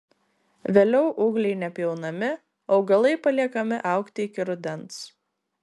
vėliau ūgliai nepjaunami augalai paliekami augti iki rudens